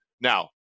Now